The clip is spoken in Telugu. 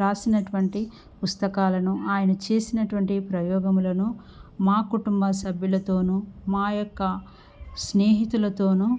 రాసినటువంటి పుస్తకాలను ఆయన చేసినటువంటి ప్రయోగములను మా కుటుంబ సభ్యులతోనూ మా యొక్క స్నేహితులతోనూ